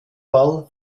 fall